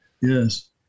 Yes